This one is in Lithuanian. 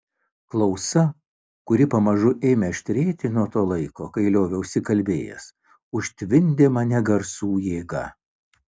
klausa kuri pamažu ėmė aštrėti nuo to laiko kai lioviausi kalbėjęs užtvindė mane garsų jėga